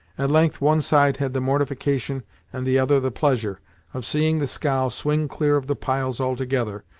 at length one side had the mortification and the other the pleasure of seeing the scow swing clear of the piles altogether,